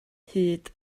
hud